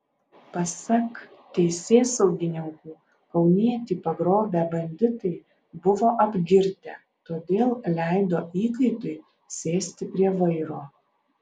pasak teisėsaugininkų kaunietį pagrobę banditai buvo apgirtę todėl leido įkaitui sėsti prie vairo